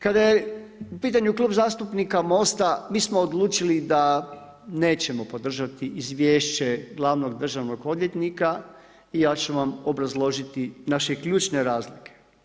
Kada je u pitanju Klub zastupnika MOST-a mi smo odlučili da nećemo podržati izvješće glavnog državnog odvjetnika i ja ću vam obrazložiti naše ključne razloge.